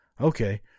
Okay